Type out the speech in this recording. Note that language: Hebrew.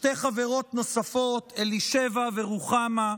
שתי חברות נוספות, אלישבע ורוחמה,